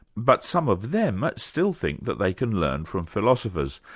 but some of them still think that they can learn from philosophers.